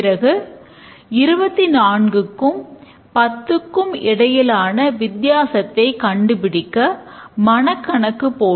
பிறகு 24 க்கும் 10 க்கும் இடையிலான வித்தியாசத்தை கண்டுபிடிக்க மனக்கணக்கு போடும்